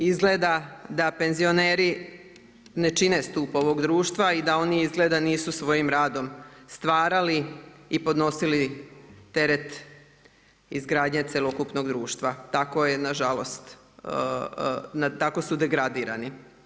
Izgleda da penzioneri ne čine stup ovog društva i da oni izgleda nisu svojim radom stvarali i podnosili teret izgradnje cjelokupnog društva, tako je nažalost, tako su degradirani.